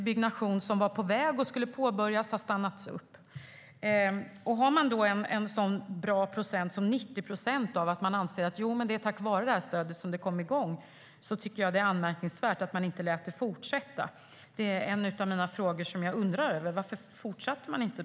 Byggnation som skulle ha påbörjats har stannat av. Det är 90 procent som anser att byggandet kom igång tack vare det här stödet. Jag tycker att det är anmärkningsvärt att man inte lät det fortsätta. Varför fortsatte man inte?